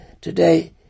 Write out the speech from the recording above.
Today